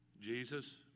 Jesus